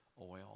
oil